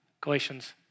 Galatians